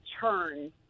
turn